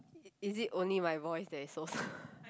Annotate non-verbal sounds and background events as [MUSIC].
it is it only my voice that is soft [BREATH]